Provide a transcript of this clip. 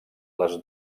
les